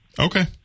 Okay